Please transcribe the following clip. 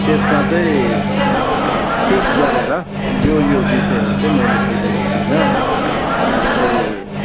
त्यसमा चाहिँ टिक गरेर यो यो विषयहरू चाहिँ मैले बुझेको छुइनँ भनेर चाहिँ